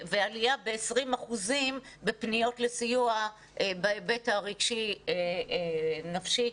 ועלייה ב-20% בפניות לסיוע בהיבט הרגשי נפשי.